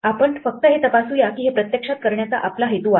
आपण फक्त हे तपासूया की हे प्रत्यक्षात करण्याचा आपला हेतू आहे